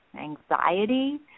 anxiety